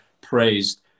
praised